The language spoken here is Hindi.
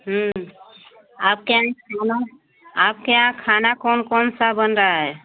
आपके यहाँ खाना आपके यहाँ खाना कौन कौन सा बन रहा है